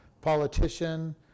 politician